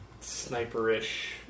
sniper-ish